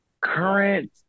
Current